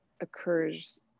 occurs